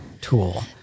tool